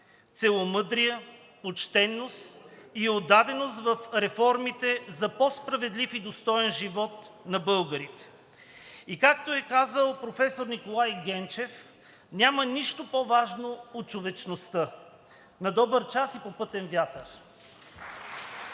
целомъдрие, почтеност и отдаденост в реформите за по-справедлив и достоен живот на българите. И както е казал професор Николай Генчев: „Няма нищо по-важно от човечността.“ На добър час и попътен вятър!